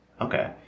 Okay